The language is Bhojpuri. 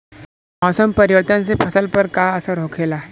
मौसम परिवर्तन से फसल पर का असर होखेला?